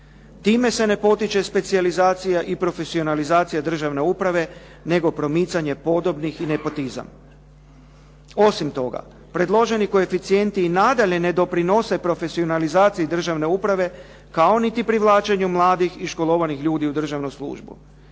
Time se ne potiče specijalizacija i profesionalizacija državne uprave, nego promicanje podobnih i nepotizam. Osim toga, predloženi koeficijenti nadalje ne doprinose profesionalizaciji državne uprave kao niti privlačenju mladih i školovanih ljudi u državnu službu.